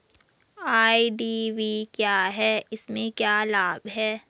IDV क्या है इसमें क्या लाभ है?